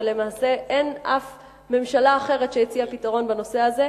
ולמעשה אין אף ממשלה אחרת שהציעה פתרון בנושא הזה.